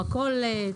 במכולת,